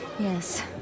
Yes